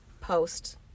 post